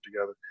together